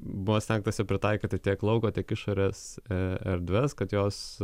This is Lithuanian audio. buvo stengtasi pritaikyti tiek lauko tiek išorės erdves kad jos